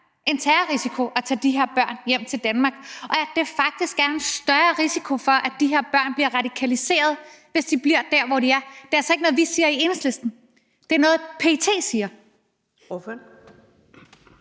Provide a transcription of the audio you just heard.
en terrorrisiko at tage de her børn hjem til Danmark, og at der faktisk er en større risiko for, at de her børn bliver radikaliseret, hvis de bliver der, hvor de er? Det er altså ikke noget, vi siger i Enhedslisten. Det er noget, PET siger.